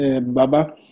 Baba